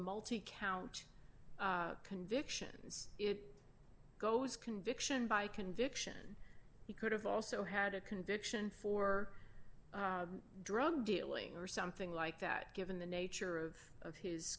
multi count convictions it goes conviction by conviction he could have also had a conviction for drug dealing or something like that given the nature of of his